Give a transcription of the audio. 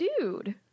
dude